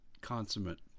consummate